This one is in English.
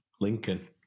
Lincoln